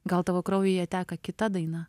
gal tavo kraujyje teka kita daina